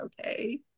okay